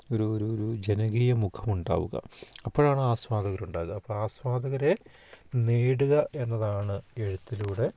ഒരു ഒരു ഒരു ജനകീയ മുഖം ഉണ്ടാവുക അപ്പോഴാണ് ആസ്വാദകരുണ്ടാകുക അപ്പം ആസ്വാദകരെ നേടുക എന്നതാണ് എഴുത്തിലൂടെ